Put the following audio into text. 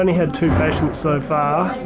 had two patients so far.